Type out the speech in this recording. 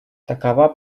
такова